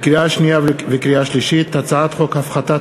לקריאה שנייה ולקריאה שלישית: הצעת חוק הפחתת